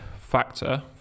factor